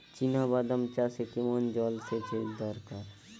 চিনাবাদাম চাষে কেমন জলসেচের দরকার?